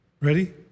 Ready